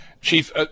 chief